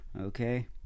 Okay